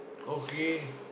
okay